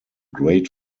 great